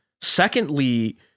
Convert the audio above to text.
secondly